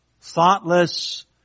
thoughtless